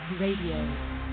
RADIO